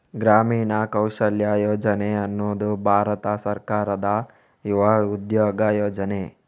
ಗ್ರಾಮೀಣ ಕೌಶಲ್ಯ ಯೋಜನೆ ಅನ್ನುದು ಭಾರತ ಸರ್ಕಾರದ ಯುವ ಉದ್ಯೋಗ ಯೋಜನೆ